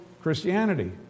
Christianity